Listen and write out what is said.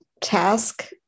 task